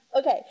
Okay